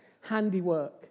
handiwork